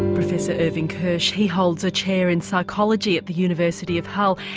professor irving kirsch. he holds a chair in psychology at the university of hull.